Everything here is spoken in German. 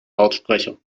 lautsprecher